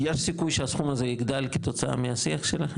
יש סיכוי שהסכום הזה יגדל כתוצאה מהשיח שלכם?